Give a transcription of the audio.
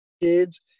kids